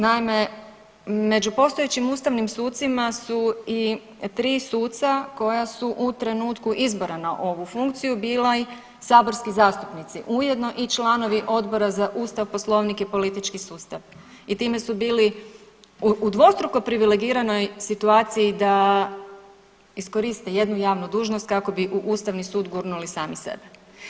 Naime, među postojećim ustavnim sucima su i 3 suca koja su u trenutku izbora na ovu funkciju bila saborski zastupnici ujedno i članovi Odbora za Ustav, Poslovnik i politički sustav i time su bili u dvostruko privilegiranoj situaciji da iskoriste jednu javnu dužnost kako bi u Ustavni sud gurnuli sami sebe.